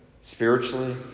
Spiritually